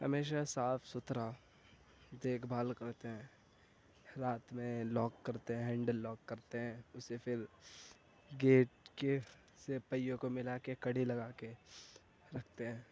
ہمیشہ صاف ستھرا دیکھ بھال کرتے ہیں رات میں لاک کرتے ہیں ہینڈل لاک کرتے ہیں اسے پھر گیٹ کے سے پہیوں کو ملا کے کڑی لگا کے رکھتے ہیں